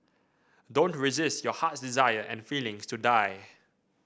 don't resist your heart's desire and feelings to die